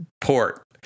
port